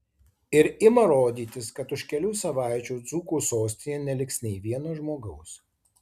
ir ima rodytis kad už kelių savaičių dzūkų sostinėje neliks nei vieno žmogaus